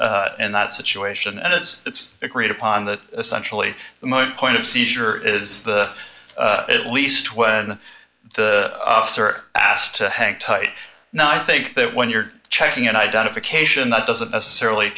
in that situation and it is it's agreed upon that essentially the moot point of seizure is the at least when the officer asked to hang tight now i think that when you're checking an identification that doesn't necessarily